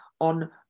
on